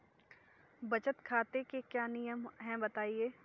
बचत खाते के क्या नियम हैं बताएँ?